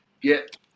get